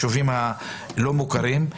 מהיישובים הלא מוכרים.